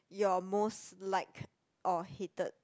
your most liked or hated